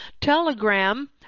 Telegram